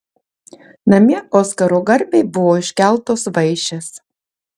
namie oskaro garbei buvo iškeltos vaišės